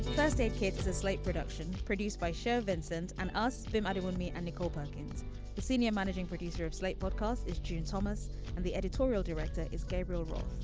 first aid kit is a slate production produced by chef vincent and us the money. me and nicole perkins senior managing producer of slate book course is june thomas and the editorial director is gabriel rose.